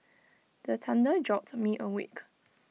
the thunder jolt me awake